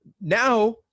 now